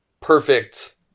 perfect